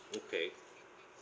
okay